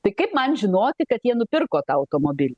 tai kaip man žinoti kad jie nupirko tą automobilį